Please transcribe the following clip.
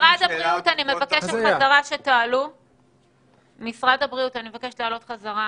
אני מבקש שמשרד הבריאות יעלה חזרה.